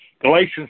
Galatians